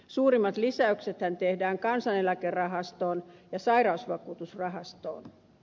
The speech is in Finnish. suurimmat lisäyksethän tehdään kansaneläkerahastoon ja sairausvakuutusrahastoon